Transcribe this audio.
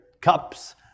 cups